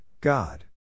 God